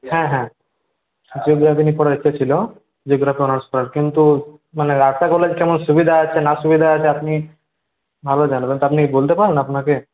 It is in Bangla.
হ্যাঁ হ্যাঁ জিওগ্রাফি নিয়ে পড়ার ইচ্ছা ছিল জিওগ্রাফি অনার্স পড়ার কিন্তু মানে আদ্রা কলেজে কেমন সুবিধা আছে না সুবিধা আছে আপনি ভালো জানবেন তা আপনি বলতে পারেন আপনাকে